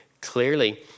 clearly